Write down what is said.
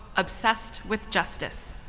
obsessed with justice.